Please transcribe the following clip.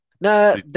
No